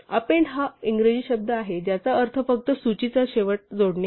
append हा इंग्रजी शब्द आहे ज्याचा अर्थ फक्त सूचीचा शेवट जोडणे आहे